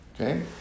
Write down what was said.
Okay